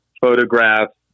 photographs